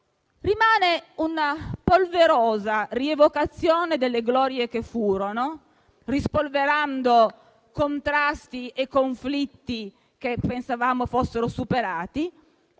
rimane una polverosa rievocazione delle glorie che furono, rispolverando contrasti e conflitti che pensavamo fossero superati,